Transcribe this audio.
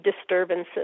disturbances